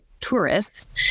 tourists